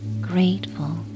grateful